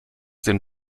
den